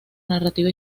narrativa